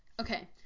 Okay